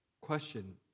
question